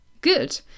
Good